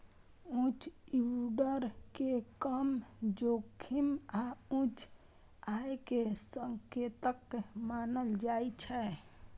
उच्च यील्ड कें कम जोखिम आ उच्च आय के संकेतक मानल जाइ छै